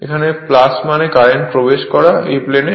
এখানে মানে কারেন্ট প্রবেশ করা এই প্লেনে